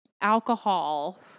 alcohol